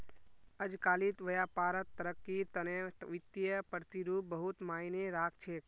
अजकालित व्यापारत तरक्कीर तने वित्तीय प्रतिरूप बहुत मायने राख छेक